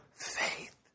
faith